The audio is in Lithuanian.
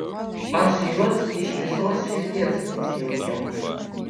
aš juos iš visos širdies užjaučiau